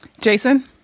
Jason